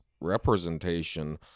representation